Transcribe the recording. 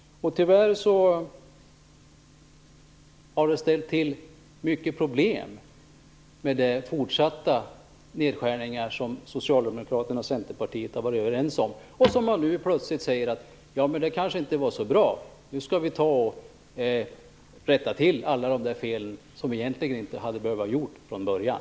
Tyvärr har det uppstått många problem till följd av de fortsatta nedskärningar som Socialdemokraterna och Centerpartiet varit överens om. Nu säger man plötsligt: Det kanske inte var så bra. Nu skall vi ta och rätta till alla fel. Det handlar om fel som egentligen inte hade behövt göras från början.